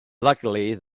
luckily